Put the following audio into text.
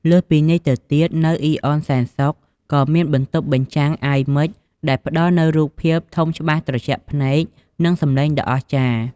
លើសពីនេះទៅទៀត នៅអ៊ីនអនសែនសុខ ក៏មានបន្ទប់បញ្ចាំង អាយមិច ដែលផ្តល់នូវរូបភាពធំច្បាស់ត្រជាក់ភ្នែក និងសម្លេងដ៏អស្ចារ្យ។